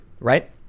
Right